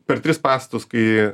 per tris pastatus kai